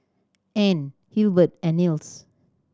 Anne Hilbert and Nils